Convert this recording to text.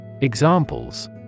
Examples